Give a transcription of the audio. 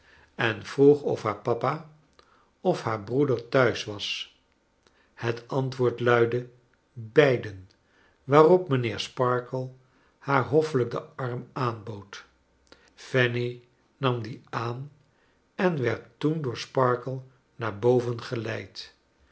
en vroeg of haar papa of haar broeder thuis was het antwoord luidde beiden waarop mijnheer sparkler haar hoffelijk den arm aanbood fanny nam dien aan en werd toen door sparkler naar boven geleid